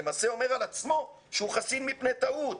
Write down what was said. למעשה עומד על עצמו שהוא חסין מפני טעות.